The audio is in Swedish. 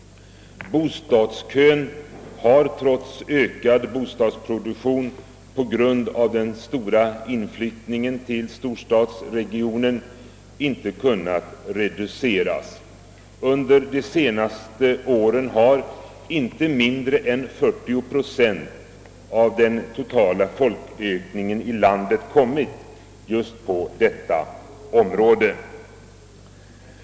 Bostadskön har, trots ökad bostadsproduktion, på grund av den stora inflyttningen till storstadsregionen inte kunnat reduceras. Under de senaste åren har just detta område haft inte mindre än 40 procent av den totala folkökningen i landet.